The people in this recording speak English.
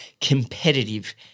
competitive